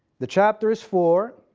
the chapter is four